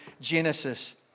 Genesis